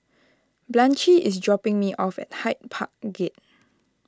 Blanchie is dropping me off at Hyde Park Gate